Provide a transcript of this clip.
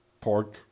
pork